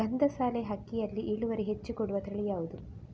ಗಂಧಸಾಲೆ ಅಕ್ಕಿಯಲ್ಲಿ ಇಳುವರಿ ಹೆಚ್ಚು ಕೊಡುವ ತಳಿ ಯಾವುದು?